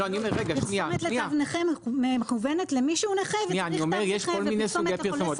אני אומר שיש כל מיני סוגי פרסומות.